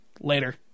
Later